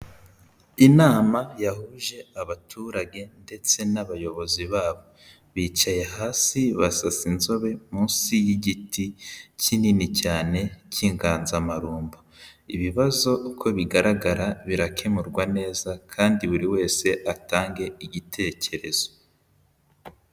Inama yahuje abaturage ndetse n'abayobozi babo, bicaye hasi basasa inzobe munsi y'igiti kinini cyane cy'inganzamarumbo, ibibazo uko bigaragara birakemurwa neza, kandi buri wese atange igitekerezo.